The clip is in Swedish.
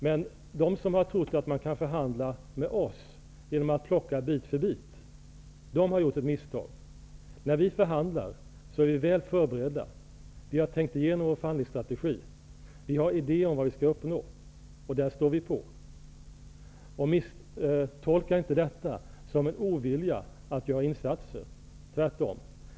Men de som har trott att man kan förhandla med oss genom att plocka bit för bit har gjort ett misstag. När vi förhandlar är vi väl förberedda. Vi har tänkt igenom vår förhandlingsstrategi, vi har idéer om vad vi skall uppnå och där står vi på oss. Misstolka inte detta som ovilja att göra insatser. Tvärtom.